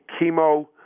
chemo